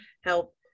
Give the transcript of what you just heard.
help